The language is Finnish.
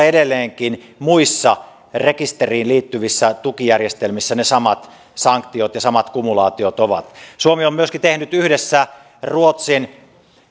edelleenkin muissa rekisteriin liittyvissä tukijärjestelmissä ne samat sanktiot ja samat kumulaatiot ovat suomi on myöskin tehnyt yhdessä ruotsin